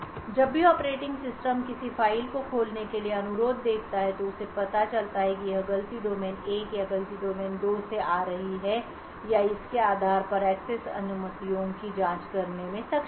जब भी operating system किसी फाइल को खोलने के लिए अनुरोध देखता है तो उसे पता चलता है कि यह गलती डोमेन 1 या गलती डोमेन दो से आ रही है और इसके आधार पर एक्सेस अनुमतियों की जांच करने में सक्षम है